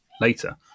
later